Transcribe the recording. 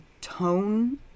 tone